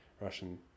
Russian